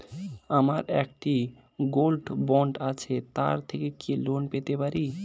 আমার একটি gold bond আছে তার থেকে কি লোন পেতে পারি?